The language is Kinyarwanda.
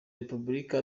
repubulika